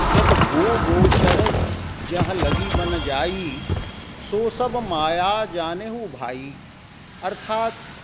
यत् गोगोचर जह लगि बन जायि सो सब् माया जानेहु भायी अर्थात्